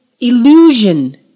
illusion